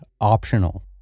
optional